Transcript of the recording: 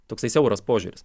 toksai siauras požiūris